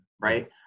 right